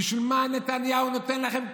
בשביל מה נתניהו נותן לכם כסף?